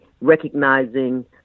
recognizing